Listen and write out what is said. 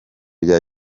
bya